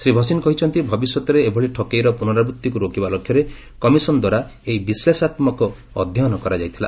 ଶ୍ରୀ ଭସିନ୍ କହିଛନ୍ତି ଭବିଷ୍ୟତରେ ଏଭଳି ଠକେଇର ପୁନରାବୃତ୍ତିକୁ ରୋକିବା ଲକ୍ଷ୍ୟରେ କମିଶନଦ୍ୱାରା ଏହି ବିଶ୍ରେଷଣାତ୍ମକ ଅଧ୍ୟୟନ କରାଯାଇଥିଲା